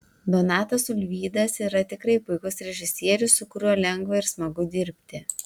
donatas ulvydas yra tikrai puikus režisierius su kuriuo lengva ir smagu dirbti